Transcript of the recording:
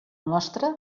nostre